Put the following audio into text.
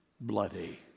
bloody